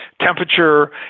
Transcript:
temperature